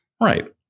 Right